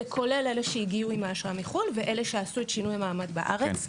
זה כולל אלה שהגיעו עם האשרה מחו"ל ואלה שעשו את שינוי המעמד בארץ.